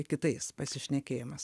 kitais pasišnekėjimais